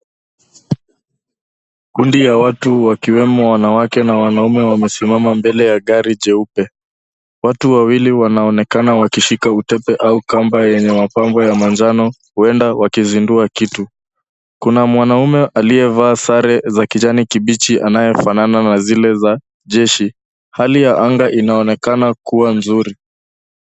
Kundi ya watu wakiwemo wanawake na wanaume wamesimama mbele ya gari jeupe. Watu wawili wanaonekana wakishika utepe, au kamba yenye mapambo ya manjano, huenda wakizindua kitu. Kuna mwanaume aliyevaa sare za kijani kibichi, anayafanana na zile za jeshi. Hali ya anga inaonekana kua nzuri.